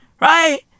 Right